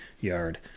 yard